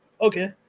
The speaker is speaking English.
okay